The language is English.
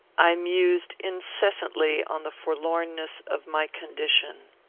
i mused incessantly on the forlornness of my condition.